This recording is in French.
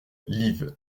liv